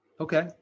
Okay